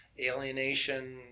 alienation